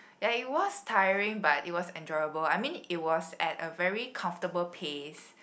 ya it was tiring but it was enjoyable I mean it was at a very comfortable pace